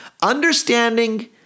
understanding